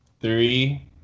three